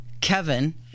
Kevin